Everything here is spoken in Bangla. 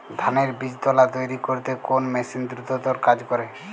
ধানের বীজতলা তৈরি করতে কোন মেশিন দ্রুততর কাজ করে?